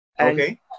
Okay